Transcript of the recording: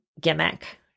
gimmick